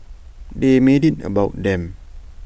they made IT about them